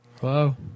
Hello